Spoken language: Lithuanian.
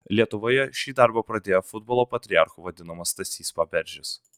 lietuvoje šį darbą pradėjo futbolo patriarchu vadinamas stasys paberžis